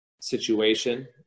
situation